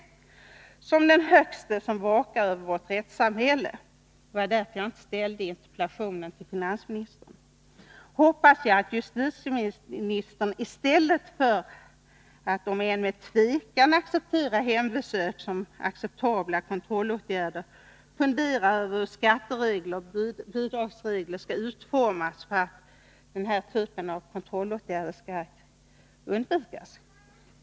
Jag hoppas att justitieministern som den ytterst ansvarige när det gäller att vaka över vårt rättssamhälle — det var därför jag inte ställde min interpellation till finansministern — i stället för att, om än med tvekan, godta hembesök som acceptabla kontrollåtgärder funderar över hur skatteregler och bidragsregler skall utformas för att inte den här typen av kontrollåtgärder skall utökas.